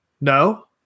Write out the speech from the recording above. no